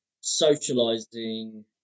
socializing